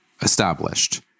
established